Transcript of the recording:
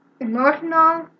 emotional